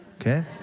Okay